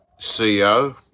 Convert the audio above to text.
CEO